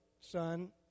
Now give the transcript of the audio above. son